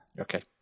Okay